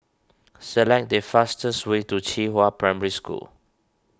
select the fastest way to Qihua Primary School